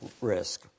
risk